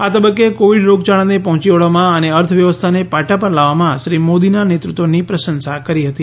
આ તબક્કે કોવિડ રોગયાળાને પહોંચી વળવામાં અને અર્થવ્ય વસ્થાને પાટા પર લાવવામાં શ્રી મોદીના નેતૃત્વની પ્રશંસા કરી હતી